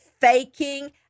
faking